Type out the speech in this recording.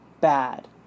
bad